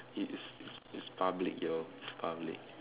if it's it's farm leg yo it's farm leg